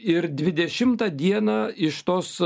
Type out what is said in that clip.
ir dvidešimtą dieną iš tos